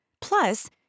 Plus